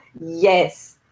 yes